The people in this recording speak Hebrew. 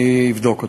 אני אבדוק אותם.